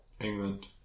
England